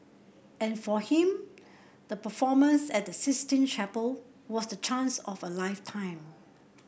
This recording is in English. and for him the performance at the Sistine Chapel was the chance of a lifetime